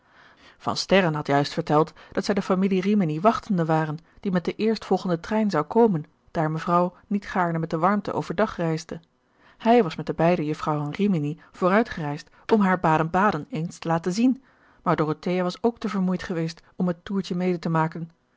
van sterren had juist verteld dat zij de familie rimini wachtende waren die met den eerste volgenden trein zou komen daar mevrouw niet gaarne met de warmte over dag reisde hij was met de beide jufvrouwen rimini vooruit gereisd om haar baden-baden eens te laten zien maar dorothea was ook te vermoeid geweest om het toertje mede te maken